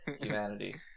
humanity